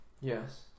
Yes